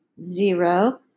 Zero